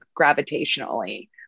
gravitationally